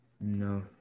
No